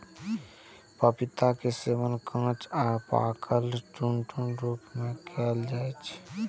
पपीता के सेवन कांच आ पाकल, दुनू रूप मे कैल जाइ छै